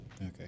Okay